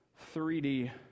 3D